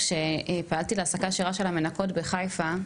פעלתי להעסקה ישירה של המנקות בחיפה,